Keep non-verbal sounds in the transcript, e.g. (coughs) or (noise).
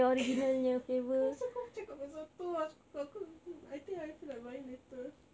(coughs) apasal kau cakap pasal tu !hais! aku aku I think I feel like buying later